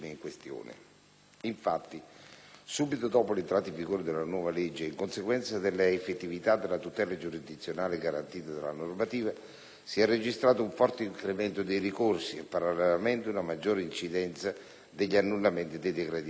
Infatti, subito dopo l'entrata in vigore della nuova legge e in conseguenza della effettività della tutela giurisdizionale garantita dalla normativa, si è registrato un forte incremento dei ricorsi e, parallelamente, una maggiore incidenza degli annullamenti dei decreti ministeriali.